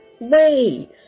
ways